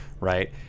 right